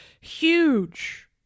huge